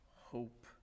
hope